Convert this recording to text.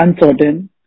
uncertain